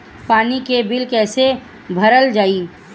पानी के बिल कैसे भरल जाइ?